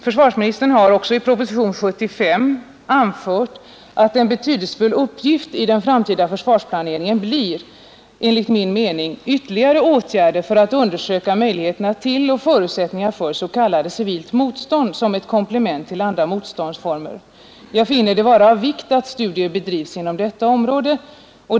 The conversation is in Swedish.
Försvarsministern säger i propositionen 75 att ”en betydelsefull uppgift i den framtida försvarsplaneringen blir enligt min mening ytterligare åtgärder för att undersöka möjligheterna till och förutsättningar för s.k. civilt motstånd som ett komplement till andra motståndsformer. Jag finner det vara av vikt att studier bedrivs inom detta område.